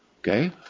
Okay